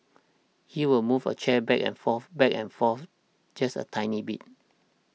he will move a chair back and forth back and forth just a tiny bit